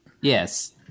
Yes